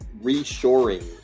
reshoring